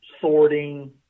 sorting